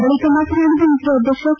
ಬಳಿಕ ಮಾತನಾಡಿದ ಇಸ್ತೋ ಅಧ್ಯಕ್ಷ ಕೆ